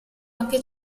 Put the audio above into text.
anche